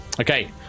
Okay